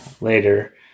later